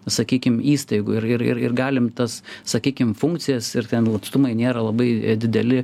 sakykim įstaigų ir ir ir galim tas sakykim funkcijas ir ten atstumai nėra labai dideli